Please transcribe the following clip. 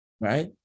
right